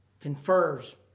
Confers